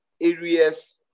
areas